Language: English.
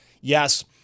Yes